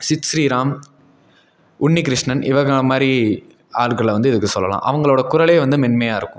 சித் ஸ்ரீராம் உன்னி கிருஷ்ணன் இவங்களை மாதிரி ஆட்களை வந்து இதுக்கு சொல்லலாம் அவங்களோட குரலே வந்து மென்மையாக இருக்கும்